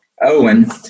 Owen